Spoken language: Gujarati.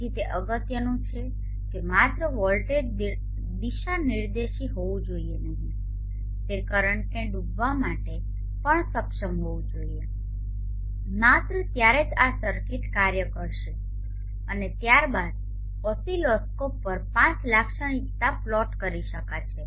તેથી તે અગત્યનું છે કે માત્ર વોલ્ટેજ દિશાનિર્દેશી હોવું જોઈએ નહીં તે કરંટને ડૂબવા માટે પણ સક્ષમ હોવું જોઈએ માત્ર ત્યારે જ આ સર્કિટ કાર્ય કરશે અને ત્યારબાદ ઓસિલોસ્કોપ પર IV લાક્ષણિકતા પ્લોટ કરી શકાય છે